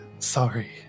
Sorry